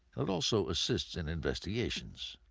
and also assists in investigations.